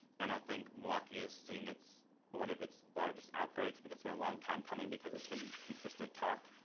and i think milwaukee is seen it's one of its largest outbreaks, but it's been a long time coming because it's been consistent talk.